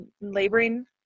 laboring